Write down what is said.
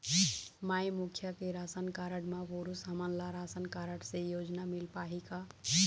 माई मुखिया के राशन कारड म पुरुष हमन ला राशन कारड से योजना मिल पाही का?